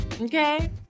okay